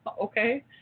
okay